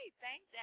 thanks